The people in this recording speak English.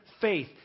faith